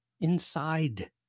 inside